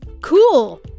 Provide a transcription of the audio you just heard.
Cool